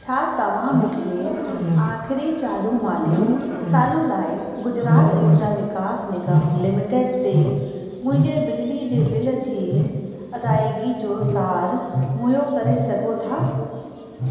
छा तव्हां मूंखे आख़िरी चालू माली सालू लाइ गुजरात ऊर्जा विकास निगम लिमिटिड ते मुंहिंजे बिजली जे बिल जी अदाइगी जो सार मुहैयो करे सघो था